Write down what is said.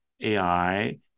ai